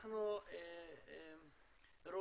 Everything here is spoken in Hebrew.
תודה, אלי, תודה לך.